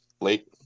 late